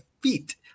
feet